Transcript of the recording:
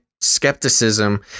skepticism